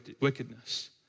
wickedness